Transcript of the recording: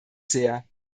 sehr